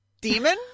demon